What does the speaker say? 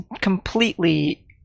completely